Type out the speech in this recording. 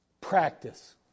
practice